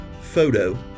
photo